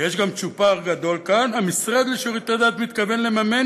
ויש גם צ'ופר גדול כאן: המשרד לשירותי דת מתכוון לממן